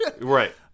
right